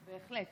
בהחלט.